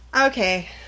Okay